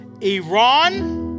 Iran